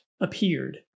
appeared